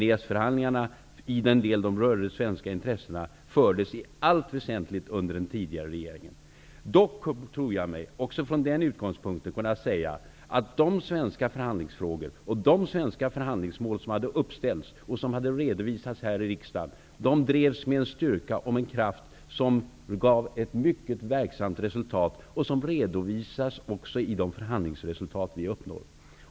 EES-förhandlingarna -- i den del de rörde svenska intressen -- fördes i allt väsentligt under en tidigare regering. Också med den utgångspunkten torde jag dock kunna säga att de svenska förhandlingsfrågor och förhandlingsmål som ställts upp och redovisats i riksdagen drevs med en styrka som gav ett mycket verksamt resultat vilket också redovisas i de förhandlingsresultat vi uppnår.